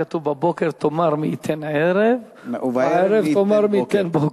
כתוב: בבוקר תאמר מי ייתן ערב ובערב תאמר מי ייתן בוקר.